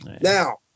Now